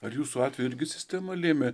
ar jūsų atveju irgi sistema lėmė